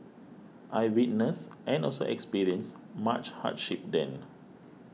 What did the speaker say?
I witnessed and also experienced much hardship then